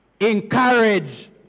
encourage